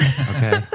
Okay